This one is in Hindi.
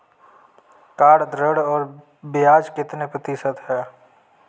कार ऋण पर ब्याज कितने प्रतिशत है?